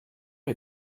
est